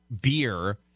beer